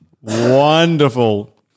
Wonderful